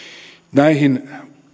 näihin